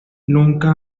nunca